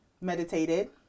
meditated